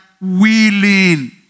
willing